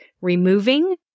removing